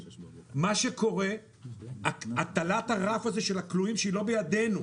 מה שקורה הטלת הרף הזה של הכלואים שהיא לא בידינו,